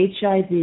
HIV